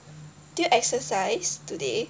did you exercise today